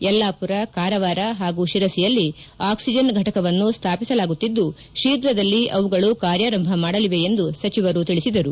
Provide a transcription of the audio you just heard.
ಯಲ್ಲಾಪುರ ಕಾರವಾರ ಹಾಗೂ ಶಿರಸಿಯಲ್ಲಿ ಆಕ್ಲಿಜನ್ ಫಟಕವನ್ನು ಸ್ಥಾಪಿಸಲಾಗುತ್ತಿದ್ದು ಶೀಘ್ರದಲ್ಲಿ ಅವುಗಳು ಕಾರ್ಯಾರಂಭ ಮಾಡಲಿವೆ ಎಂದು ಸಚಿವರು ತಿಳಿಸಿದರು